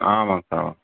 ஆமாங்க சார்